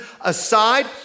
aside